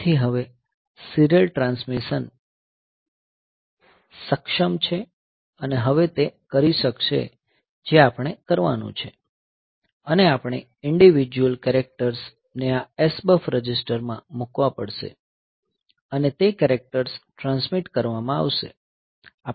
જેથી હવે serial transmission સક્ષમ છે અને હવે તે કરી શકશે જે આપણે કરવાનું છે અને આપણે ઈંડિવિડ્યુઅલ કેરેક્ટર્સ ને આ SBUF રજિસ્ટરમાં મૂકવા પડશે અને તે કેરેક્ટર્સ ટ્રાન્સમિટ કરવામાં આવશે